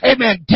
Amen